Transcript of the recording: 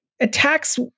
attacks